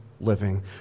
living